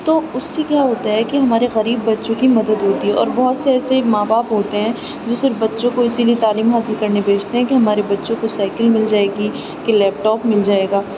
تو اس سے کیا ہوتا ہے کہ ہمارے غریب بچوں کی مدد ہوتی ہے اور بہت سے ایسے ماں باپ ہوتے ہیں جو صرف بچوں کو اسی لیے تعلیم حاصل کرنے بھیجتے ہیں کہ ہمارے بچوں کو سائیکل مل جائے گی کہ لیپ ٹاپ مل جائے گا